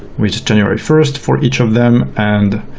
which is january first for each of them and